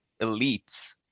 elites